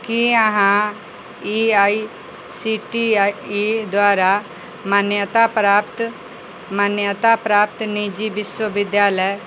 की अहाँ A I C T E द्वारा मान्यताप्राप्त मान्यता प्राप्त निजी विश्वविद्यालय